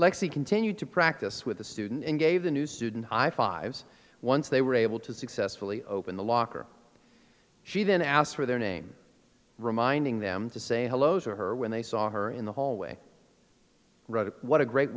lexie continued to practice with the student and gave the new student high fives once they were able to successfully open the locker she then asked for their name reminding them to say hello to her when they saw her in the hallway what a great